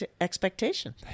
expectation